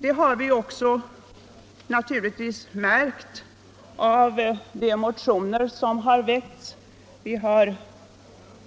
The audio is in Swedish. Det har framgått av de motioner som väckts, vi har